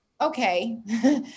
okay